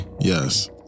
yes